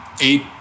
eight